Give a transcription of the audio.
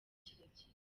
kirekire